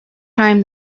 time